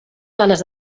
ganes